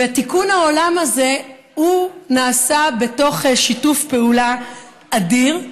תיקון העולם הזה נעשה בתוך שיתוף פעולה אדיר,